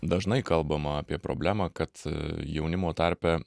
dažnai kalbama apie problemą kad jaunimo tarpe